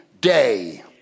day